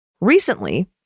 Recently